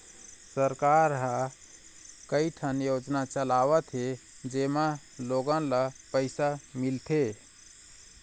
सरकार ह कइठन योजना चलावत हे जेमा लोगन ल पइसा मिलथे